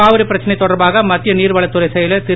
காவிரி பிரச்னை தொடர்பாக மத்திய நீர்வளத்துறை செயலர் திரு